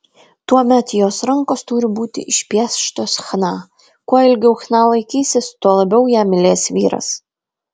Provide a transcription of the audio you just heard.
tuomet jos rankos turi būti išpieštos chna kuo ilgiau chna laikysis tuo labiau ją mylės vyras